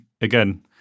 again